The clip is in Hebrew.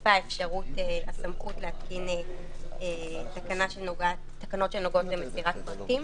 התווספה אפשרות הסמכות להתקין תקנות שנוגעות למסירת פרטים.